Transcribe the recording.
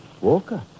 Walker